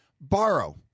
Borrow